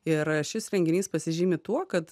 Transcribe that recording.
ir šis renginys pasižymi tuo kad